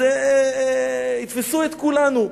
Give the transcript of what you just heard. אז יתפסו את כולנו.